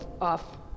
off